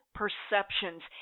perceptions